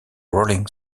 rolling